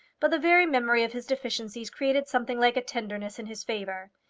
but the very memory of his deficiencies created something like a tenderness in his favour.